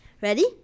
ready